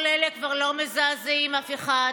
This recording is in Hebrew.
כל אלה כבר לא מזעזעים אף אחד.